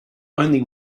only